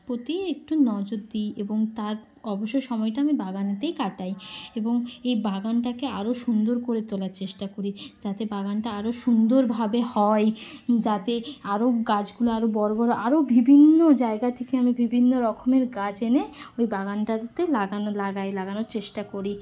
প্রতি একটু নজর দিই এবং তার অবসর সময়টা আমি বাগানেতেই কাটাই এবং এই বাগানটাকে আরো সুন্দর করে তোলার চেষ্টা করি যাতে বাগানটা আরো সুন্দরভাবে হয় যাতে আরো গাছগুলো আরো বড় বড় আরো বিভিন্ন জায়গা থেকে আমি বিভিন্ন রকমের গাছ এনে ওই বাগানটাতে লাগানো লাগাই লাগানোর চেষ্টা করি